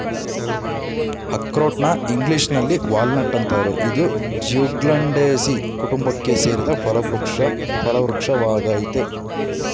ಅಖ್ರೋಟ್ನ ಇಂಗ್ಲೀಷಿನಲ್ಲಿ ವಾಲ್ನಟ್ ಅಂತಾರೆ ಇದು ಜ್ಯೂಗ್ಲಂಡೇಸೀ ಕುಟುಂಬಕ್ಕೆ ಸೇರಿದ ಫಲವೃಕ್ಷ ವಾಗಯ್ತೆ